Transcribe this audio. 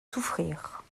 souffrir